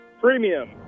Premium